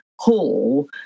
Hall